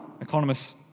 Economists